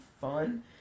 fun